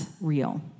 real